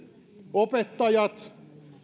opettajat